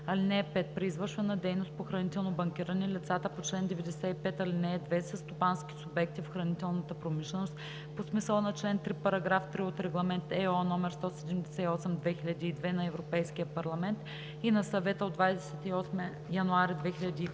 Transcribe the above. (5) При извършване на дейност по хранително банкиране, лицата по чл. 95, ал. 2 са стопански субекти в хранителната промишленост по смисъла на чл. 3, параграф 3 от Регламент (ЕО) № 178/2002 на Европейския парламент и на Съвета от 28 януари 2002